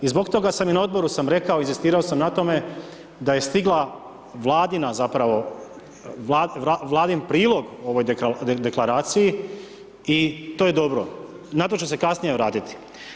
I zbog toga sam i na Odboru sam rekao, inzistirao sam na tome, da je stigla Vladina zapravo, Vladin prilog ovoj Deklaraciji, i to je dobro, na to ću se kasnije vratiti.